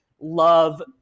love –